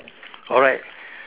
alright